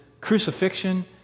crucifixion